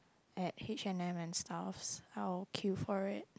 at H and M and stuffs I would queue for it